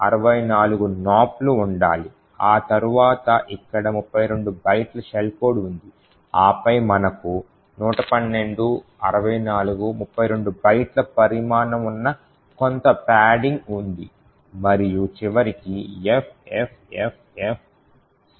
64 నాప్లు ఉండాలి ఆ తర్వాత ఇక్కడ 32 బైట్ల షెల్ కోడ్ ఉంది ఆపై మనకు 112 64 32 బైట్ల పరిమాణం ఉన్న కొంత పాడింగ్ ఉంది మరియు చివరికి FFFFCF70 విలువ ఉంది